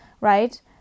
right